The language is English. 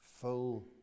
full